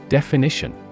Definition